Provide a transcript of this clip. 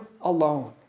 alone